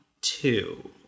Two